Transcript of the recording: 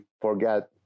forget